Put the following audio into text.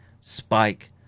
spike